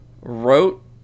wrote